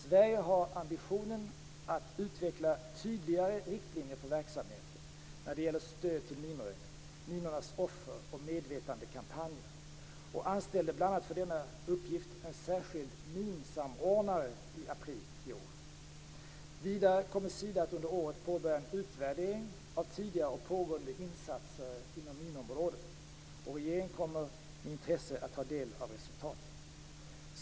Sida har ambitionen att utveckla tydligare riktlinjer för verksamheten när det gäller stöd till minröjning, minornas offer och medvetandekampanjer och anställde bl.a. för denna uppgift en särskild minsamordnare i april i år. Vidare kommer Sida att under året påbörja en utvärdering av tidigare och pågående insatser inom minområdet. Regeringen kommer med intresse att ta del av resultaten.